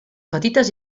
petites